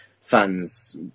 fans